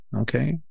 okay